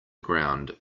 ground